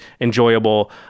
enjoyable